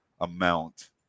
amount